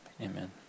amen